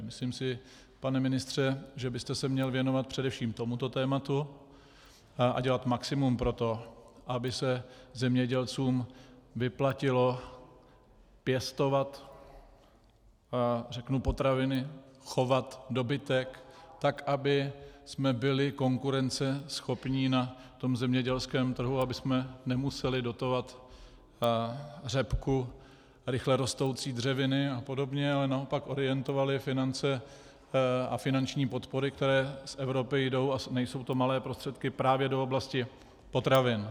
Myslím si, pane ministře, že byste se měl věnovat především tomuto tématu a dělat maximum pro to, aby se zemědělcům vyplatilo pěstovat potraviny, chovat dobytek tak, abychom byli konkurenceschopní na tom zemědělském trhu, abychom nemuseli dotovat řepku, rychle rostoucí dřeviny apod., ale naopak orientovali finance a finanční podpory, které z Evropy jdou, a nejsou to malé prostředky, právě do oblasti potravin.